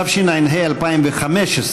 התשע"ה 2015,